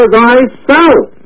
thyself